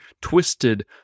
twisted